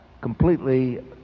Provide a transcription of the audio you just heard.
completely